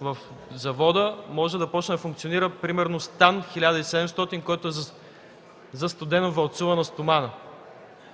в завода може да започне да функционира примерно Стан 1700 за студено валцувана стомана.